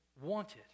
wanted